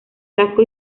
casco